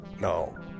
No